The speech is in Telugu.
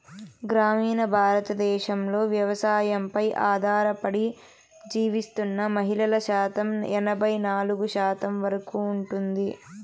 గ్రామీణ భారతదేశంలో వ్యవసాయంపై ఆధారపడి జీవిస్తున్న మహిళల శాతం ఎనబై నాలుగు శాతం వరకు ఉంది